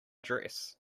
dress